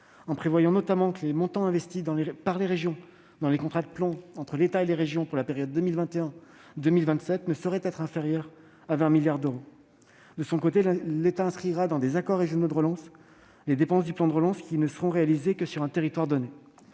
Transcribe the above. en prévoyant notamment que les montants investis par elles dans les contrats de plan conclus avec l'État pour la période 2021-2027 ne sauraient être inférieurs à 20 milliards d'euros. De son côté, l'État inscrira dans des accords régionaux de relance les dépenses du plan, qui seront réalisées seulement sur un territoire donné.